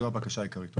זאת הבקשה העיקרית.